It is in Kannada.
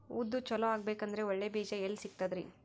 ಉದ್ದು ಚಲೋ ಆಗಬೇಕಂದ್ರೆ ಒಳ್ಳೆ ಬೀಜ ಎಲ್ ಸಿಗತದರೀ?